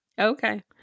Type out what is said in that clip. okay